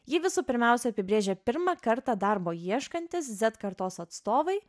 jį visų pirmiausia apibrėžia pirmą kartą darbo ieškantys zet kartos atstovai